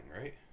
right